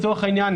לצורך העניין,